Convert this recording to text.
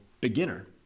beginner